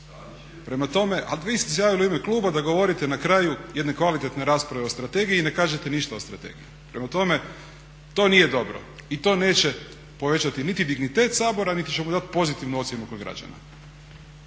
Prema tome, ali vi ste se javili u ime kluba da govorite na kraju jedne kvalitetne rasprave o strategiji i ne kažete ništa o strategiji. Prema tome, to nije dobro i to neće povećati niti dignitet Sabora, niti će mu dati pozitivnu ocjenu kod građana.